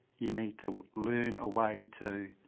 you need to learn a way to